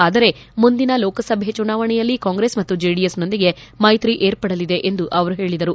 ಆದರೆ ಮುಂದಿನ ಲೋಕಸಭೆ ಚುನಾವಣೆಯಲ್ಲಿ ಕಾಂಗ್ರೆಸ್ ಮತ್ತು ಜೆಡಿಎಸ್ನೊಂದಿಗೆ ಮೈತ್ರಿ ಏರ್ಪಡಲಿದೆ ಎಂದು ಅವರು ಹೇಳಿದರು